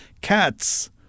Cats